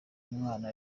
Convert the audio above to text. umwana